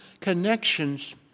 connections